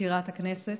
מזכירת הכנסת,